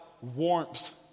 warmth